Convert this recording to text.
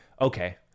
okay